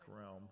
realm